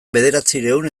bederatziehun